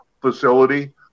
facility